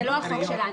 זה לא החוק שלנו.